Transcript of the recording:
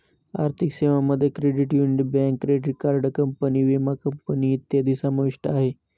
आर्थिक सेवांमध्ये credit union, bank, credit card company, विमा कंपनी इत्यादी समाविष्ट आहे